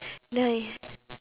ni~